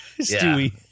Stewie